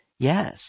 Yes